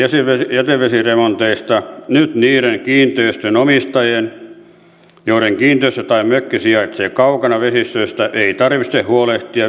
jätevesiremonteista nyt niiden kiinteistöjen omistajien joiden kiinteistö tai mökki sijaitsee kaukana vesistöistä ei tarvitse huolehtia